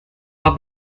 but